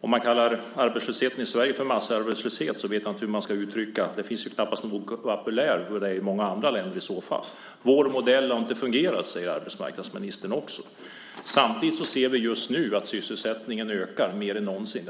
Om man kallar arbetslösheten i Sverige för massarbetslöshet vet jag inte hur man i så fall ska uttrycka det beträffande många andra länder. Det finns knappast vokabulär nog för det. Vår modell har inte fungerat, säger arbetsmarknadsministern. Samtidigt ser vi att sysselsättningen just nu ökar mer än någonsin.